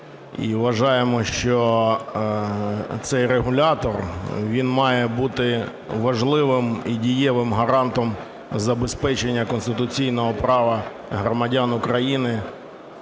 вважаємо, що цей регулятор, він має бути важливим і дієвим гарантом забезпечення конституційного права громадян України